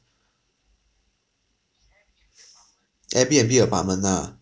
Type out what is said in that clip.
Airbnb apartment ah